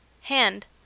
Hand